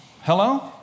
Hello